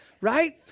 right